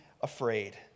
afraid